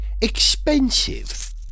expensive